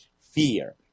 fear